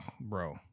Bro